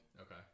Okay